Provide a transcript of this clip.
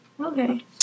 okay